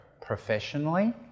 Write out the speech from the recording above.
professionally